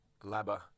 Labba